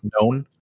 known